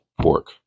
pork